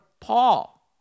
Paul